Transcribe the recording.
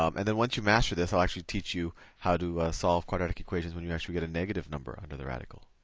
um and then, once you master this, i'll actually teach you how to solve quadratic equations when you actually get a negative number under the radical.